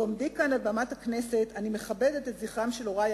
בעומדי כאן על במת הכנסת אני מכבדת את זכרם של הורי,